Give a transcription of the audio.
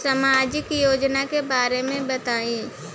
सामाजिक योजना के बारे में बताईं?